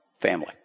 family